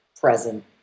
present